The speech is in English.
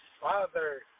Father